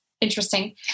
interesting